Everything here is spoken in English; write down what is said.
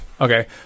Okay